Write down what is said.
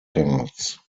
cards